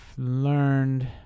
learned